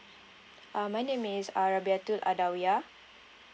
uh my name is